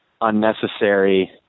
unnecessary